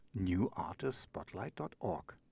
newartistspotlight.org